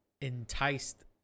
enticed